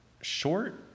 short